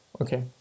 okay